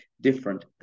different